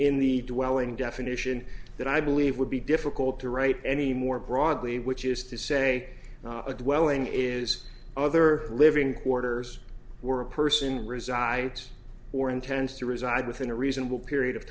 in the dwelling definition that i believe would be difficult to write any more broadly which is to say a good welling is other living quarters were a person resides or intends to reside within a reasonable period of